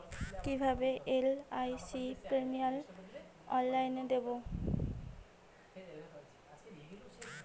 কিভাবে LIC premium অনলাইনে দেবো?